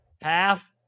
Half